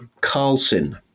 Carlson